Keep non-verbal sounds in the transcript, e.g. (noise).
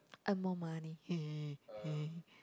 earn more money (noise)